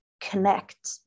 connect